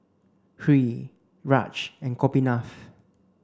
Hri Raj and Gopinath